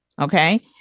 Okay